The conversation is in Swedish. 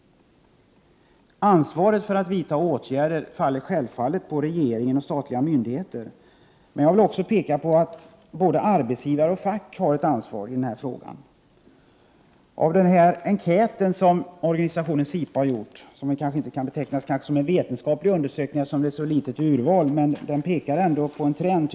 Ansvaret för att vidta åtgärder åvilar självfallet regeringen och de statliga myndigheterna, men jag vill framhålla att också arbetsgivare och fack har ett ansvar i denna fråga. Den enkät som organisationen SIPA har gjort — den kan kanske inte betecknas som en vetenskaplig undersökning, eftersom urvalet ärså litet — pekar enligt min mening tydligt på problemet.